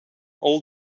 all